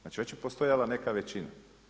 Znači, već je postojala neka većina.